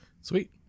Sweet